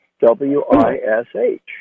W-I-S-H